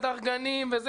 הדר גנים וכו',